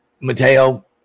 Mateo